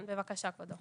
כן, בבקשה, כבודו.